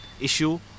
issue